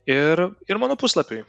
ir ir mano puslapiui